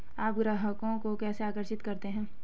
आप ग्राहकों को कैसे आकर्षित करते हैं?